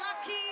lucky